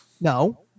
No